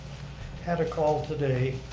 had a call today